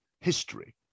history